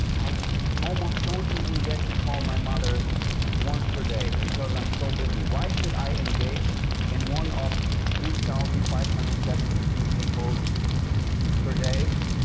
i almost don't even get to call my mother once per day because i'm so busy. why should i engage in one of three thousand five hundred and seventy two people per day?